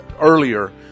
earlier